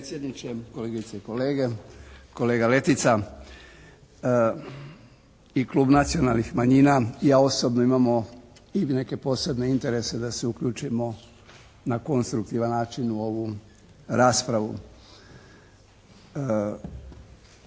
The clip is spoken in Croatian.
kolega Letica. I Klub nacionalnih manjina i ja osobno imamo i neke posebne interese da se uključimo na konstruktivan način u ovu raspravu.